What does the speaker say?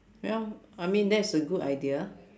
well I mean that's a good idea